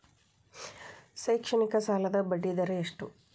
ಶೈಕ್ಷಣಿಕ ಸಾಲದ ಬಡ್ಡಿ ದರ ಎಷ್ಟು?